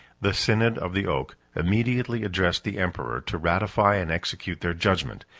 the synod of the oak immediately addressed the emperor to ratify and execute their judgment,